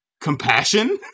compassion